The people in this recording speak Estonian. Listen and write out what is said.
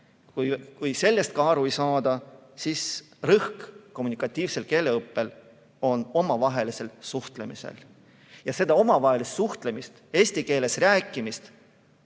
Kui sellest ka aru ei saada, siis kommunikatiivsel keeleõppel on rõhk omavahelisel suhtlemisel. Seda omavahelist suhtlemist, eesti keeles rääkimist,